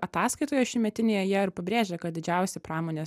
ataskaitoje šiūmetinėje jie ir pabrėžia kad didžiausi pramonės